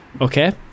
Okay